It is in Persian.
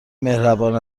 مهربان